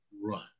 run